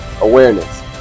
awareness